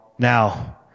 Now